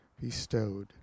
bestowed